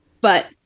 But-